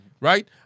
Right